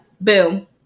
boom